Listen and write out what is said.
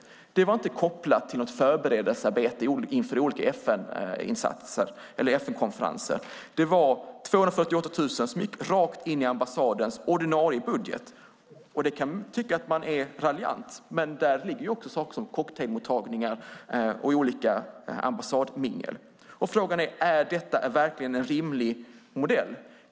Det var inte kopplat till något förberedelsearbete inför olika FN-insatser eller FN-konferenser. Det var 248 000 som gick rakt in i ambassadens ordinarie budget. Det kan tyckas att jag är raljant, men däri ligger också saker som cocktailmottagningar och ambassadmingel. Är detta verkligen en rimlig modell?